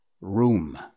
room